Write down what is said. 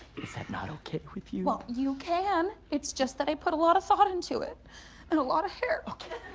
is that not okay with you. well you can it's just that i put a lot of thought into it and a lot of hair. okay.